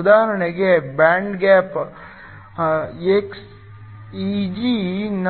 ಉದಾಹರಣೆಗೆ band gap Eg x ನ